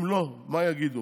אם לא, מה יגידו?